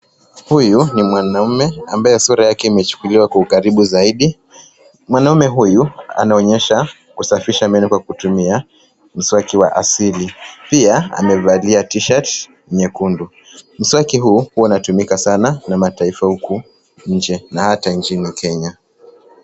Huyu ni mwanaume ambaye sura yake imechukuliwa kwa ukaribu zaidi. Mwanaume huyu anaonyesha kusafisha meno kutumia mswaki wa asili pia amevalia T shirt nyekundu. Mswaki huu hua unatumika sana na matifa huku nje na hata nchini kenya.